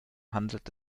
handelt